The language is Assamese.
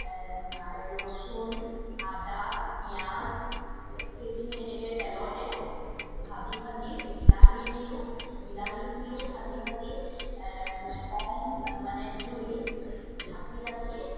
ৰচোন আদা পিয়াজ সেইখিনি এনেকৈ তেলতে ভাজি ভাজি বিলাহী দিওঁ বিলাহীখিনিও ভাজি ভাজি এই কম মানে জুইত ঢাকি ৰাখি